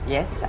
Yes